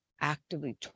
actively